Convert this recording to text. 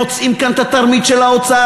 מוצאים כאן את התרמית של האוצר,